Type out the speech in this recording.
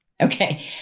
Okay